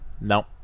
No